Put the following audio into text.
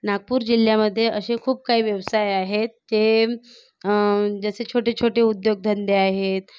नागपूर जिल्ह्यामध्ये असे खूप काही व्यवसाय आहेत के जसे छोटे छोटे उद्योगधंदे आहेत